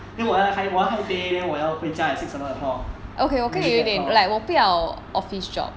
then 我要我要 high pay then 我要回家 at six seven o'clock dinner o'clock